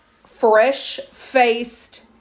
fresh-faced